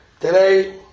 Today